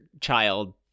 child